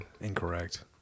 Incorrect